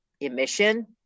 emission